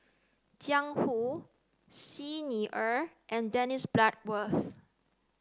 Jiang Hu Xi Ni Er and Dennis Bloodworth